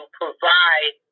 provide